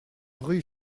rue